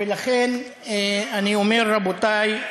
ולכן אני אומר, רבותי,